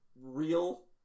real